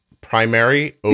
primary